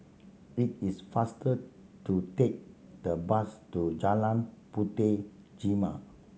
it is faster to take the bus to Jalan Puteh Jerneh